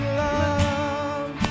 love